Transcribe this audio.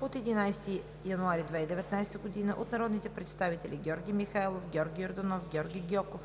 от 11 януари 2019 г. от народните представители Георги Михайлов, Георги Йорданов, Георги Гьоков,